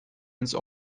ins